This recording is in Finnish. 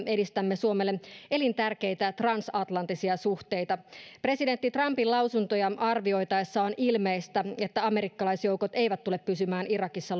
edistämme suomelle elintärkeitä transatlanttisia suhteita presidentti trumpin lausuntoja arvioitaessa on ilmeistä että amerikkalaisjoukot eivät tule pysymään irakissa